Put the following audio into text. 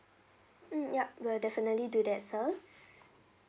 mm ya we'll definitely do that sir